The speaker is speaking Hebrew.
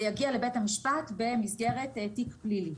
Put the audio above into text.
זה יגיע לבית המשפט במסגרת תיק פלילי.